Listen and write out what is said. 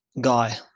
guy